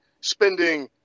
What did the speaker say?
spending